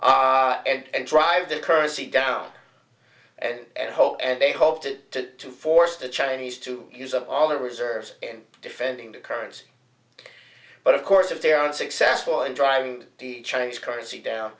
time and drive the currency down and hope and they hope to to force the chinese to use up all the reserves and defending the currency but of course if they aren't successful in driving the chinese currency down